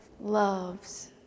loves